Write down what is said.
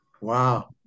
Wow